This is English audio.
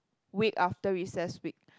week after recess week